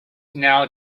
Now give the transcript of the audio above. now